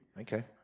okay